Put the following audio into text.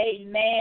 Amen